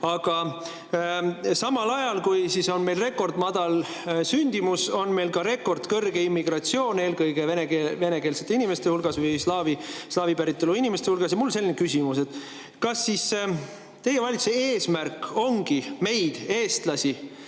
Aga samal ajal, kui meil on rekordmadal sündimus, on meil ka rekordkõrge immigratsioon, eelkõige venekeelsete inimeste hulgas, slaavi päritolu inimeste hulgas. Mul on selline küsimus: kas teie valitsuse eesmärk ongi meid, eestlasi,